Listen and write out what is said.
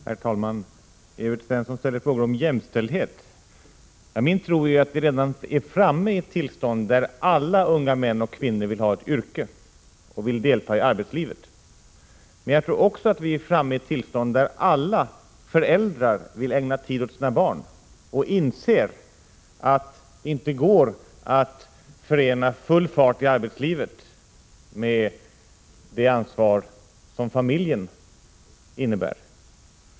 Herr talman! Evert Svensson ställer frågor om jämställdhet. Min tro är att vi redan är framme i ett tillstånd där alla unga män och kvinnor vill ha ett yrke och delta i arbetslivet. Men jag tror också att alla föräldrar vill ägna tid åt sina barn och inser att det inte går att förena full fart i arbetslivet med det ansvar som familjen innebär.